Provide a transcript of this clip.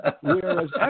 Whereas